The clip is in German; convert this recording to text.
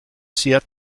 sehr